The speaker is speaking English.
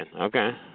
okay